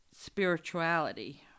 spirituality